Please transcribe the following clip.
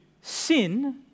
sin